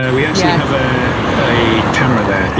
and we actually have ah a camera there.